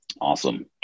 Awesome